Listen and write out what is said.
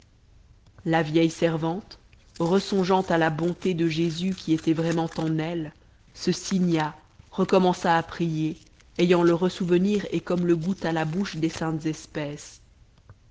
la vieille servante resongeant à la bonté de jésus qui était vraiment en elle se signa recommença à prier ayant le ressouvenir et comme le goût à la bouche des saintes espèces